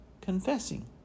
confessing